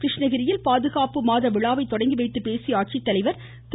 கிருஷ்ணகிரியில் பாதுகாப்பு மாத விழாவை தொடங்கிவைத்து பேசிய ஆட்சித்தலைவர் திரு